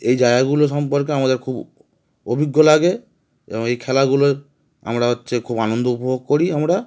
এই জায়গাগুলো সম্পর্কে আমাদের খুব অভিজ্ঞতা লাগে এবং এই খেলাগুলো আমরা হচ্ছে খুব আনন্দ উপভোগ করি আমরা